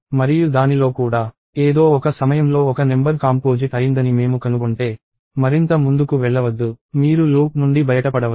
మరియు దానిలో కూడా ఏదో ఒక సమయంలో ఒక నెంబర్ కాంపోజిట్ అయిందని మేము కనుగొంటే మరింత ముందుకు వెళ్లవద్దు మీరు లూప్ నుండి బయటపడవచ్చు